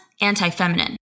anti-feminine